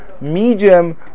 medium